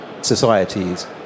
societies